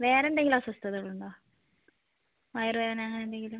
വേറെ എന്തെങ്കിലും അസ്വസ്ഥതകളുണ്ടോ വയറ് വേദന അങ്ങനെ എന്തെങ്കിലും